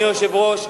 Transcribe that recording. אדוני היושב-ראש,